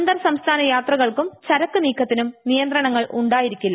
അന്തർസംസ്ഥാന യാത്രകൾക്കും ചരക്കു നീക്കത്തിനും നിയന്ത്രണങ്ങൾ ഉണ്ടായിരിക്കില്ല